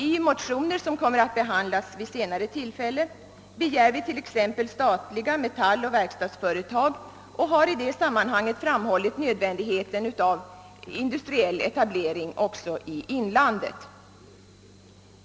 I motioner, som kommer att behandlas vid senare tillfälle, begär vi t.ex. statliga metalloch verkstadsföretag och har i det sammanhanget framhållit nödvändigheten av industriell etablering också i inlandet.